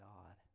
God